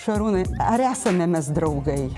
šarūnai ar esame mes draugai